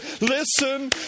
Listen